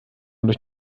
durch